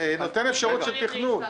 זה נותן אפשרות של תכנון.